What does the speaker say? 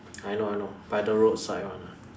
I know I know by the road side [one] ah